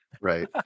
Right